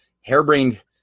harebrained